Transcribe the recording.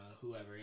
whoever